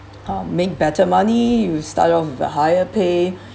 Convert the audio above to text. um make better money you start off with a higher pay